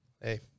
Hey